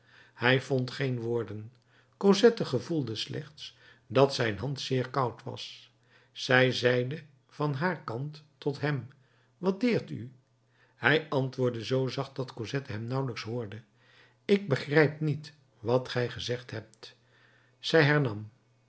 hij vond geen woorden cosette gevoelde slechts dat zijn hand zeer koud was zij zeide van haar kant tot hem wat deert u hij antwoordde zoo zacht dat cosette hem nauwelijks hoorde ik begrijp niet wat gij gezegd hebt zij hernam